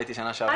הייתי שנה שעברה,